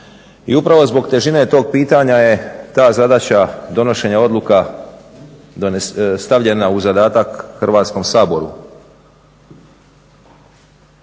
I upravo zbog težine tog pitanja je ta zadaća donošenja odluka stavljena u zadatak Hrvatskom saboru.